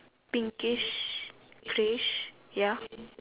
pinkish greyish ya